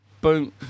Boom